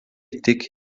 tik